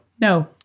No